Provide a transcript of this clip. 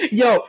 yo